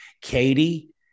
Katie